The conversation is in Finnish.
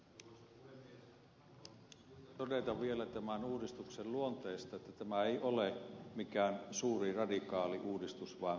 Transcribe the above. on syytä todeta vielä tämän uudistuksen luonteesta että tämä ei ole mikään suuri radikaali uudistus vaan maltillinen täsmennys